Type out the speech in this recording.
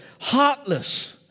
heartless